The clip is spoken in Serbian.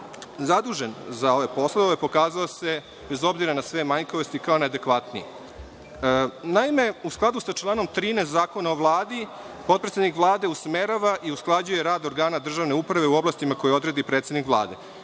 zadužen za ove poslove pokazao se, bez obzira na sve manjkavosti, kao najadekvatniji. Naime, u skladu sa članom 13. Zakona o Vladi, potpredsednik Vlade usmerava i usklađuje rad organa državne uprave u oblastima koje odredi predsednik Vlade.